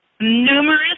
numerous